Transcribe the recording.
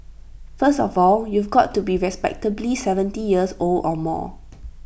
first of all you've got to be respectably seventy years old or more